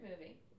movie